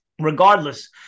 Regardless